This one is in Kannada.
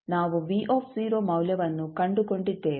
ಆದ್ದರಿಂದ ನಾವು ಮೌಲ್ಯವನ್ನು ಕಂಡುಕೊಂಡಿದ್ದೇವೆ